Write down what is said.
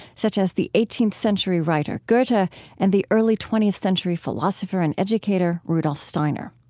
such as the eighteenth century writer goethe but and the early twentieth century philosopher and educator rudolph steiner.